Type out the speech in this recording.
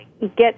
get